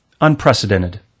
Unprecedented